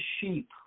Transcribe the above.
sheep